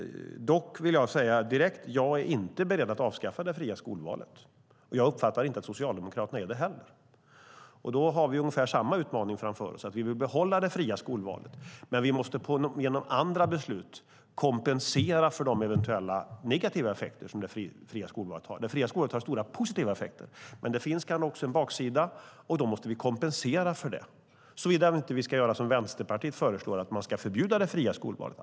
Dock vill jag säga direkt att jag inte är beredd att avskaffa det fria skolvalet, och jag uppfattar inte att Socialdemokraterna är det heller. Då har vi ungefär samma utmaning framför oss, att vi vill behålla det fria skolvalet men att vi genom andra beslut måste kompensera för de eventuella negativa effekter som det fria skolvalet har. Det fria skolvalet har stora positiva effekter, men det finns också en baksida. Då måste vi kompensera för det. Såvida vi inte ska göra som Vänsterpartiet föreslår, förbjuda det fria skolvalet.